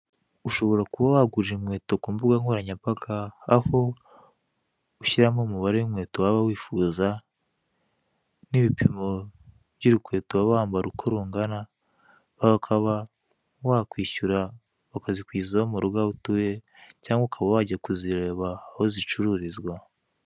Ushobora kuba wagurira inkweto ku mbuga nkoranyambaga, aho ushyiramo umubare w'inkweto waba wifuza, n'ibipimo by'urukweto waba wambara uko rungana, ukaba wakishyura bakazikugezaho mu rugo aho utuye, cyangwa ukaba wajya kuzireba aho zicururizwa.